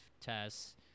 tests